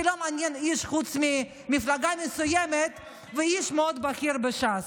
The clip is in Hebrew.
שלא מעניין איש חוץ ממפלגה מסוימת ואיש מאוד בכיר בש"ס,